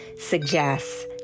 suggests